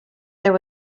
there